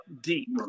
deep